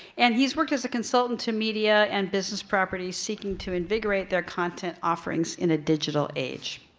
and he's worked as a consultant to media and business properties seeking to invigorate their content offerings in a digital age.